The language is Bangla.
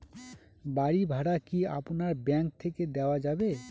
বাড়ী ভাড়া কি আপনার ব্যাঙ্ক থেকে দেওয়া যাবে?